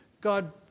God